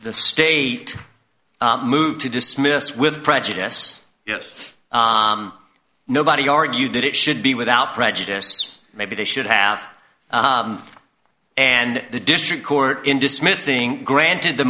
the state moved to dismiss with prejudice yes nobody argued that it should be without prejudice maybe they should have and the district court in dismissing granted the